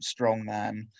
strongman